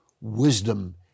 wisdom